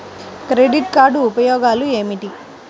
Credit card ఉపయోగాలు ఏమిటి?